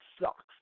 sucks